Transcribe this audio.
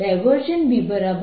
H